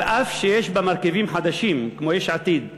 אף שיש בה מרכיבים חדשים כמו יש עתיד,